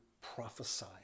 prophesy